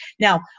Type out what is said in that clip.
now